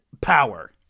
power